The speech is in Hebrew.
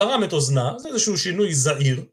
‫צרם את אוזנה, זה איזשהו שינוי זעיר.